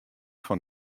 fan